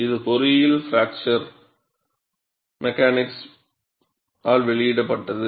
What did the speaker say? இது பொறியியல் fracture mechanics வெளியிடப்பட்டது